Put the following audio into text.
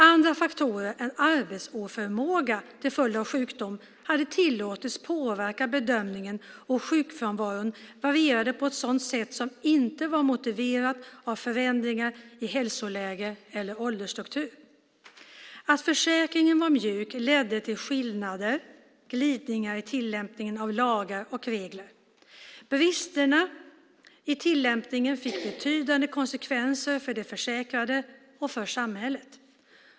Andra faktorer än arbetsoförmåga till följd av sjukdom hade tillåtits påverka bedömningen, och sjukfrånvaron varierade på ett sätt som inte var motiverat av förändringar i hälsoläge eller åldersstruktur. Att försäkringen var mjuk ledde till skillnader och glidningar i tillämpningen av lagar och regler. Bristerna i tillämpning fick betydande konsekvenser för de försäkrade och samhället.